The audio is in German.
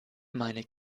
meine